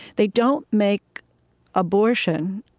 they don't make abortion,